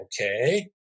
okay